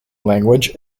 language